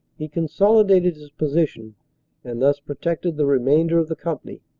he consolidated his position and thus protected the remainder of the company.